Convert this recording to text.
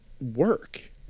work